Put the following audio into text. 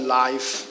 life